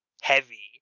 heavy